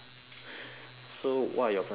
so what are your plans this sunday